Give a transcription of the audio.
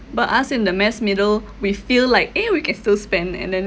but us in the mass middle we feel like eh we can still spend and then